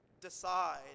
decide